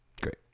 great